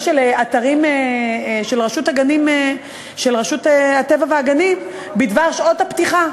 של רשות הטבע והגנים בדבר שעות הפתיחה.